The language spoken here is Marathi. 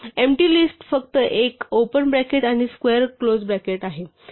एम्पटी लिस्ट फक्त एक ओपन ब्रॅकेट आणि स्क्वेअर क्लोज ब्रॅकेट आहे